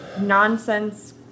nonsense